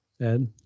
Ed